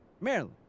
Maryland